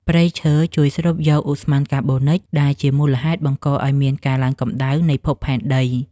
ព្រៃឈើជួយស្រូបយកឧស្ម័នកាបូនិចដែលជាមូលហេតុបង្កឱ្យមានការឡើងកម្ដៅនៃភពផែនដី។